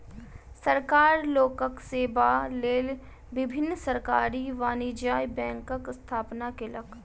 सरकार लोकक सेवा लेल विभिन्न सरकारी वाणिज्य बैंकक स्थापना केलक